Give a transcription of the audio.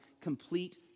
complete